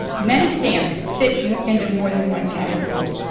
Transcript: many stamps fit into more than one category.